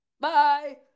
Bye